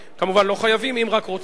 כמובן, לא חייבים, אם רק רוצים.